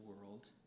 world